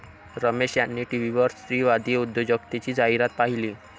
रमेश यांनी टीव्हीवर स्त्रीवादी उद्योजकतेची जाहिरात पाहिली